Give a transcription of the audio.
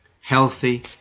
healthy